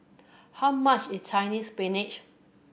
how much is Chinese Spinach